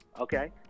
okay